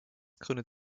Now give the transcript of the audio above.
gründet